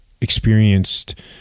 experienced